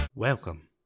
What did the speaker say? Welcome